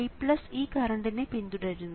I ഈ കറണ്ടിനെ പിന്തുടരും